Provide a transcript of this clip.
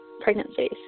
pregnancies